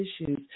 issues